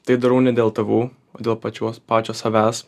tai darau ne dėl tėvų o dėl pačios pačio savęs